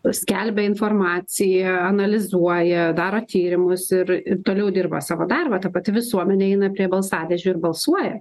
paskelbia informaciją analizuoja daro tyrimus ir ir toliau dirba savo darbą ta pati visuomenė eina prie balsadėžių ir balsuoja